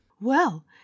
Well